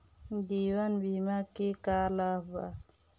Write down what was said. जीवन बीमा के का लाभ बा?